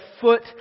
foot